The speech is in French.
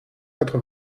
quatre